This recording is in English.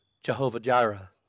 Jehovah-Jireh